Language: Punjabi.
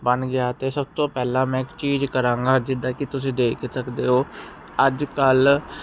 ਬਣ ਗਿਆ ਤੇ ਸਭ ਤੋਂ ਪਹਿਲਾਂ ਮੈਂ ਇੱਕ ਚੀਜ਼ ਕਰਾਂਗਾ ਜਿੱਦਾਂ ਕੀ ਤੁਸੀਂ ਦੇਖ ਕੇ ਸਕਦੇ ਹੋ ਅੱਜ ਕੱਲ